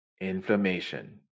Inflammation